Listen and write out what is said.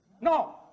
No